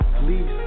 please